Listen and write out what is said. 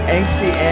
Angsty